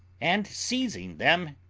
and seizing them,